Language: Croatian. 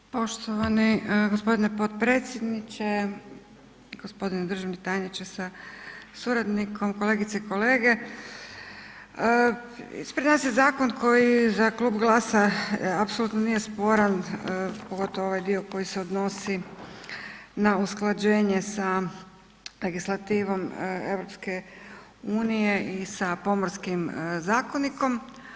Poštovani gospodine potpredsjedniče, gospodine državni tajniče sa suradnikom, kolegice i kolege, ispred nas je zakon koji za Klub GLASA apsolutno nije sporan, pogotovo ovaj dio koji se odnosi na usklađenje sa legislativom EU i sa Pomorskim zakonikom.